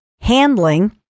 handling